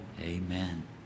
Amen